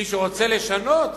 מי שרוצה לשנות